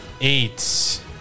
eight